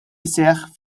iseħħ